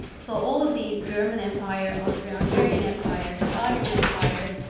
so all of these german empire, austria-hungarian empire, the ottoman empire,